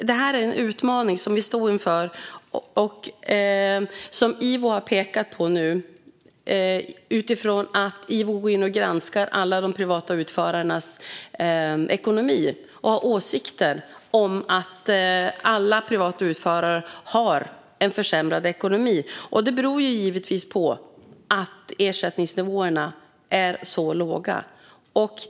Detta är en utmaning som vi står inför och som IVO har pekat på, utifrån att man går in och granskar alla de privata utförarnas ekonomi och har åsikter om att alla privata utförare har en försämrad ekonomi. Det beror givetvis på att ersättningsnivåerna är så låga.